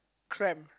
cramp